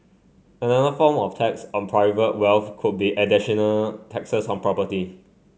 another form of tax on private wealth could be additional taxes on property